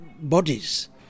bodies